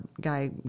guy